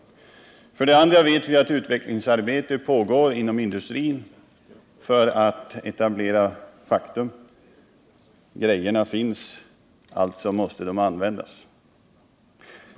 För det andra vet vi att utvecklingsarbete pågår inom industrin. För att etablera faktum — utrustningen finns, alltså måste den användas.